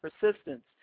persistence